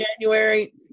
January